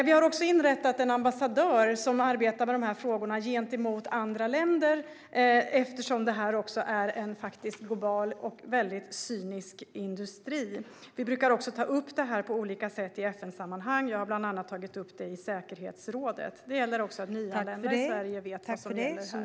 Vi har inrättat en ambassadör som arbetar med dessa frågor gentemot andra länder eftersom detta också är en global och väldigt cynisk industri. Vi brukar ta upp frågan på olika sätt i FN-sammanhang; jag har bland annat tagit upp den i säkerhetsrådet. Det gäller också att nyanlända i Sverige vet vad som gäller här.